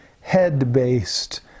head-based